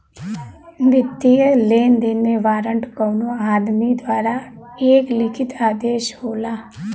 वित्तीय लेनदेन में वारंट कउनो आदमी द्वारा एक लिखित आदेश होला